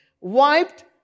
wiped